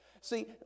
See